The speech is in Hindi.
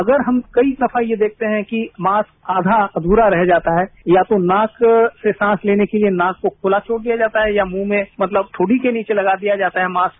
अगर हम कई दफा ये देखते है कि मास्क आधा अधूरा रह जाता है या तो मास्क से सांस लेने के लिए नाक को खुला छोड़ दिया जाता है या मुंह में मतलब ठोडी के नीचे लगा दिया जाता है मास्क